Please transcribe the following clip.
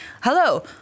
Hello